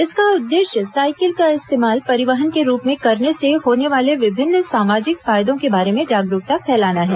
इसका उद्देश्य साइकिल का इस्तेमाल परिवहन के रूप में करने से होने वाले विभिन्न सामाजिक फायदों के बारे में जागरूकता फैलाना है